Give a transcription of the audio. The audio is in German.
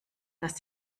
dass